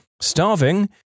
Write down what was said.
Starving